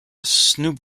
snoop